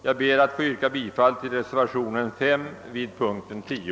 Jag ber att få yrka bifall till reservationen 5 vid punkten 10.